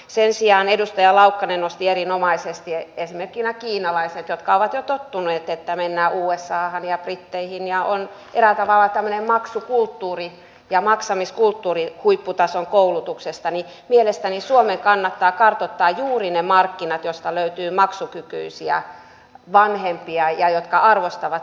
sen sijaan edustaja laukkanen nosti erinomaisesti esimerkkinä kiinalaiset jotka ovat jo tottuneet että mennään usahan ja britteihin ja on eräällä tavalla tällainen maksukulttuuri ja maksamiskulttuuri huipputason koulutuksesta ja mielestäni suomen kannattaa kartoittaa juuri ne markkinat joista löytyy maksukykyisiä vanhempia jotka arvostavat korkeatasoista koulutusta